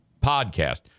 podcast